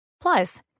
plus